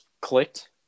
clicked